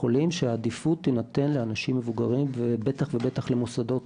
החולים שהעדיפות תינתן לאנשים מבוגרים ובטח ובטח למוסדות